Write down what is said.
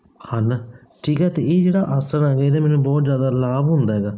ਹਨ ਠੀਕ ਹੈ ਅਤੇ ਇਹ ਜਿਹੜਾ ਆਸਣ ਇਹਦੇ ਮੈਨੂੰ ਬਹੁਤ ਜ਼ਿਆਦਾ ਲਾਭ ਹੁੰਦਾ ਹੈਗਾ